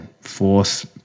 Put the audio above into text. force